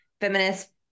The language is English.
feminist